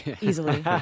easily